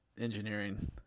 engineering